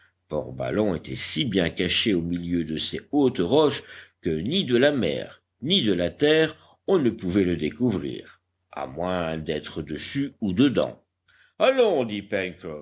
port ballon était si bien caché au milieu de ces hautes roches que ni de la mer ni de la terre on ne pouvait le découvrir à moins d'être dessus ou dedans allons dit